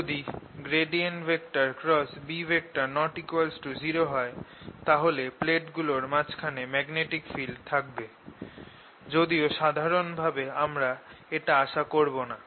যদি B≠0 তাহলে প্লেটগুলোর মাঝখানে ম্যাগনেটিক ফিল্ড থাকবে যদিও সাধারণ ভাবে আমরা এটা আশা করব না